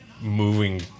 moving